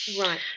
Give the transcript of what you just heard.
right